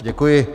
Děkuji.